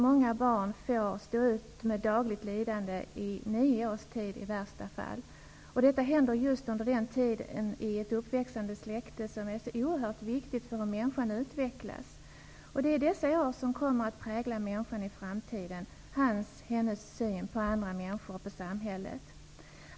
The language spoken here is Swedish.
Många barn får stå ut med dagligt lidande i nio års tid i värsta fall. Detta händer just i den tid under uppväxandet som är så oerhört viktig för hur en människa utvecklas. Det är dessa år som kommer att prägla människan i framtiden, hans eller hennes syn på andra människor och på samhället.